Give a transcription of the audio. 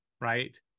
right